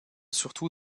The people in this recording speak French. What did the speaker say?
surtout